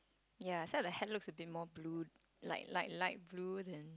ya some of the hat looks a bit more blue like like light blue than